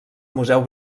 museu